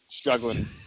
struggling